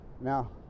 now